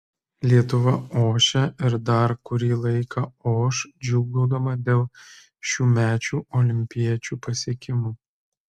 lietuva ošia ir dar kurį laiką oš džiūgaudama dėl šiųmečių olimpiečių pasiekimų